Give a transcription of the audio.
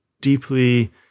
deeply